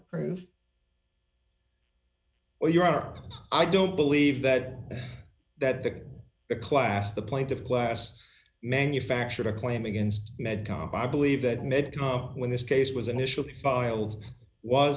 proof where you are i don't believe that that the the class the point of class manufactured a claim against medcom i believe that medco when this case was initially filed was